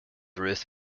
ruth